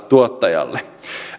tuottajalle